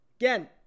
again